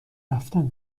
رفتن